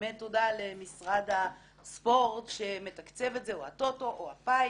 באמת תודה למשרד הספורט שמתקצב את זה או הטוטו או הפיס